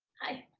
hi.